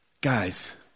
guys